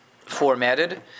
formatted